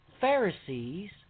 Pharisees